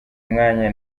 mwanya